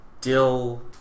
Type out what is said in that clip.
Dill